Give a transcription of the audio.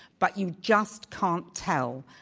but you just can't tell.